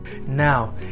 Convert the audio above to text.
Now